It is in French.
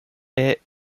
est